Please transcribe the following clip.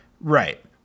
Right